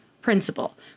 principal